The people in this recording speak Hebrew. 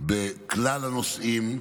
בכלל הנושאים,